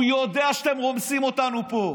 הוא יודע שאתם רומסים אותנו פה.